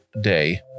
day